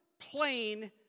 plain